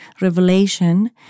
revelation